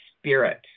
spirit